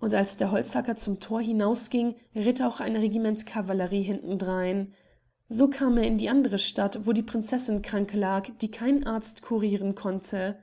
und als der holzhacker zum thor hinausging ritt auch ein regiment cavallerie hintendrein so kam er in die andere stadt wo die prinzessin krank lag die kein arzt curiren konnte